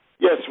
Yes